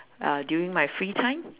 uh during my free time